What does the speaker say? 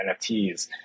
NFTs